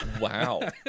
Wow